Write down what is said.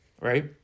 Right